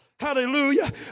Hallelujah